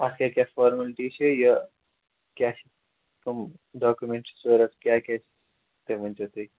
اَتھ کیٛاہ کیٛاہ فارمَلٹی چھِ یہِ کیٛاہ چھِ کٕم ڈاکِمیٚنٹ چھِ سۭتۍ کیٛاہ کیٛاہ چھِ تہِ ؤنۍ تَو تُہۍ